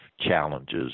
challenges